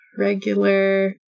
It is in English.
regular